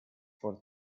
for